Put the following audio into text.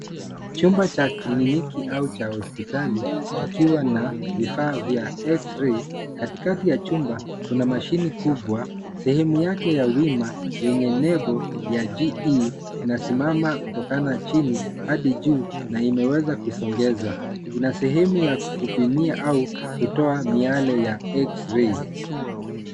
Chumba cha kliniki au cha hospitali kikiwa na vifaa vya (cs) X-ray(cs) .Katikati ya chumba kuna mashine kubwa. Sehemu yake ya wima yenye nebo ya GE imesimama kutokana chini hadi juu na inaweza kusongeshwIna sehemu ya kupimia au kutoa miale ya (cs)x-ray(cs).